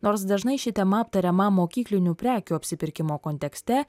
nors dažnai ši tema aptariama mokyklinių prekių apsipirkimo kontekste